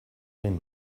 egin